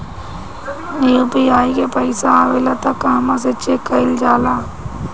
UPI मे पइसा आबेला त कहवा से चेक कईल जाला?